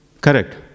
Correct